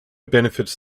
benefits